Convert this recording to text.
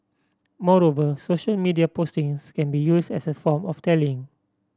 moreover social media postings can be used as a form of tallying